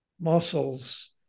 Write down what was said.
muscles